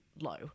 low